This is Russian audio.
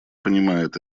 понимает